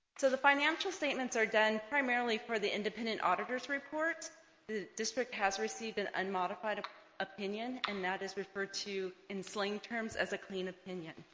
so the financial statements are done primarily for the independent auditors report the district has received an unmodified opinion and that is referred to in slang terms as a clean opinion